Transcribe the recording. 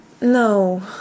No